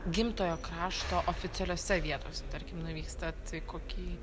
gimtojo krašto oficialiose vietose tarkim nuvykstat į kokį